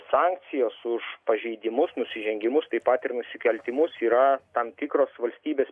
sankcijos už pažeidimus nusižengimus taip pat ir nusikaltimus yra tam tikros valstybės